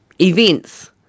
events